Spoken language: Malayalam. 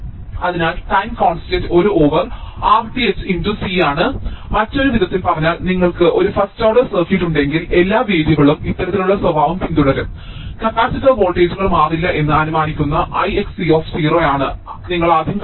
അതിനാൽ time constant 1 over R th × c ആണ് മറ്റൊരു വിധത്തിൽ പറഞ്ഞാൽ നിങ്ങൾക്ക് ഒരു ഫസ്റ്റ് ഓർഡർ സർക്യൂട്ട് ഉണ്ടെങ്കിൽ എല്ലാ വേരിയബിളും ഇത്തരത്തിലുള്ള സ്വഭാവം പിന്തുടരും കപ്പാസിറ്റർ വോൾട്ടേജുകൾ മാറില്ല എന്ന് അനുമാനിക്കുന്ന I x ആണ് നിങ്ങൾ ആദ്യം കണ്ടെത്തുന്നത്